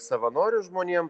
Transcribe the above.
savanorius žmonėm